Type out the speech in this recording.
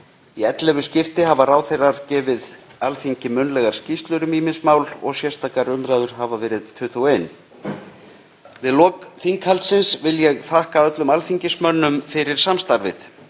Í 11 skipti hafa ráðherrar gefið Alþingi munnlegar skýrslur um ýmis mál og sérstakar umræður hafa verið 21. Við lok þinghaldsins vil ég þakka öllum alþingismönnum fyrir samstarfið.